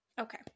okay